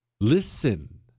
listen